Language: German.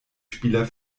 spieler